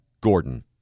Gordon